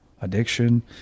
addiction